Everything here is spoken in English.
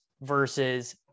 versus